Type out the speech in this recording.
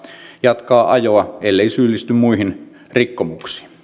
jatkaa ajoa ellei syyllisty muihin rikkomuksiin